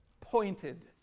pointed